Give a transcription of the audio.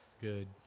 good